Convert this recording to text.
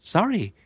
Sorry